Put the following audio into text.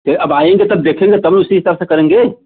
अब आएँगे तब देखेंगे तब उसी हिसाब से करेंगे